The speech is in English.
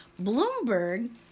Bloomberg